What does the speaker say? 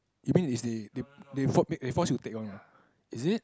you mean is they they for~ they force they force you to take one ah is it